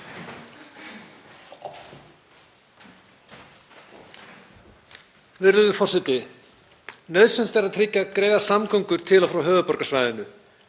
Nauðsynlegt er að tryggja greiðar samgöngur til og frá höfuðborgarsvæðinu.